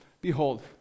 behold